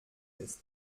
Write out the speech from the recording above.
ist